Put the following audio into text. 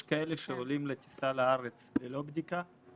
יש כאלה שעולים לטיסה לארץ ללא בדיקה?